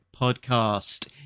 podcast